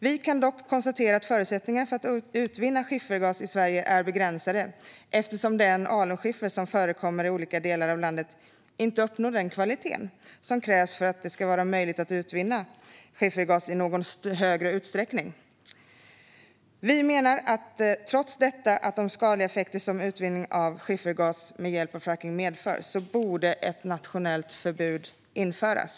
Vi kan dock konstatera att förutsättningarna för att utvinna skiffergas i Sverige är begränsade eftersom den alunskiffer som förekommer i olika delar av landet inte uppnår den kvalitet som krävs för att det ska vara möjligt att utvinna skiffergas i någon större utsträckning. Vi menar trots detta att på grund av de skadliga effekter som utvinning av skiffergas med hjälp av frackning medför borde ett nationellt förbud införas.